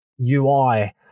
UI